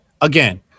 again